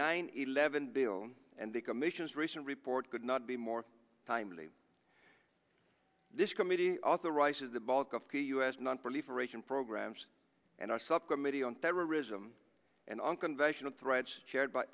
nine eleven bill and the commission's recent report could not be more timely this committee authorizes the bulk of the u s nonproliferation programs and our subcommittee on terrorism and unconventional threats chaired by